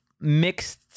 mixed